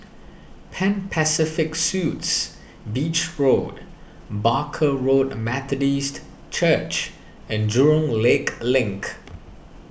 Pan Pacific Suites Beach Road Barker Road Methodist Church and Jurong Lake Link